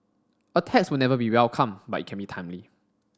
a tax will never be welcome but it can be timely